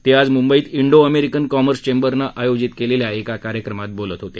ते आज मुंबईत इंडो अमेरिकन कॉमर्स चेंबरनं आयोजित केलेल्या एका कार्यक्रमात बोलत होते